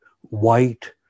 white